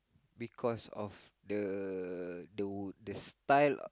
because of the the the style of